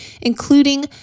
including